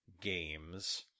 games